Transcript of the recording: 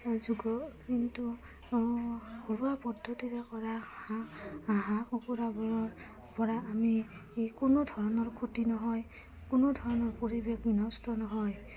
যুগৰ কিন্তু ঘৰুৱা পদ্ধতিৰে কৰা হাঁহ হাঁহ কুকুৰাবোৰৰপৰা আমি কোনো ধৰণৰ ক্ষতি নহয় কোনো ধৰণৰ পৰিৱেশ বিনষ্ট নহয়